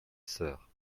sœur